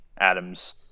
Adams